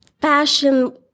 fashion